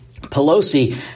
Pelosi